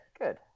good